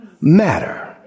matter